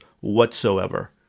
whatsoever